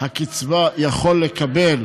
הקצבה יכול לקבל